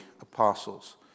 apostles